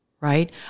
Right